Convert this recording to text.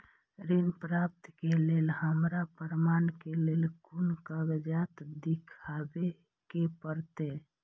ऋण प्राप्त के लेल हमरा प्रमाण के लेल कुन कागजात दिखाबे के परते?